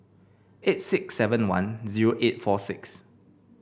eight six seven one zero eight four six